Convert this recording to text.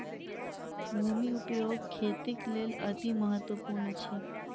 भूमि उपयोग खेतीक लेल अतिमहत्त्वपूर्ण अछि